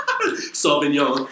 Sauvignon